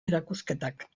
erakusketak